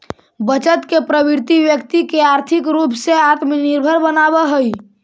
बचत के प्रवृत्ति व्यक्ति के आर्थिक रूप से आत्मनिर्भर बनावऽ हई